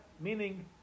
Meaning